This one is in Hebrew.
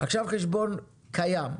חשבון קיים,